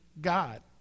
God